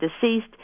deceased